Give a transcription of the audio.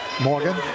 Morgan